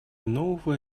нового